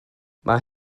mae